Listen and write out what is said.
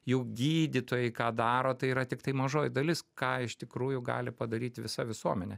jau gydytojai ką daro tai yra tiktai mažoji dalis ką iš tikrųjų gali padaryti visa visuomenė